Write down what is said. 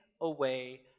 away